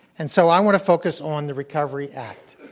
and so i'm going to focus on the recovery act.